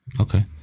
okay